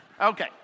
Okay